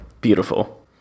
Beautiful